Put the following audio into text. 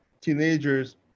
teenagers